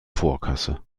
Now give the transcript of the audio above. vorkasse